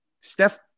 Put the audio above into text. Steph